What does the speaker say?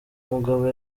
mugabo